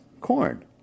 Corn